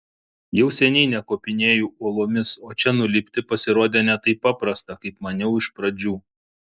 jau seniai nekopinėju uolomis o čia nulipti pasirodė ne taip paprasta kaip maniau iš pradžių